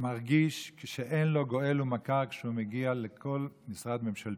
מרגיש שאין לו גואל ומכר כשהוא מגיע לכל משרד ממשלתי.